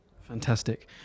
Fantastic